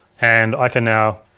and i can now,